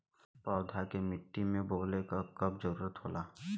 पौधा के मिट्टी में बोवले क कब जरूरत होला